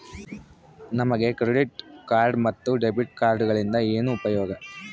ನಮಗೆ credit card ಮತ್ತು debit ಕಾರ್ಡುಗಳಿಂದ ಏನು ಉಪಯೋಗ?